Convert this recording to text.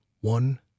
One